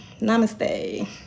Namaste